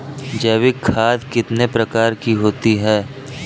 जैविक खाद कितने प्रकार की होती हैं?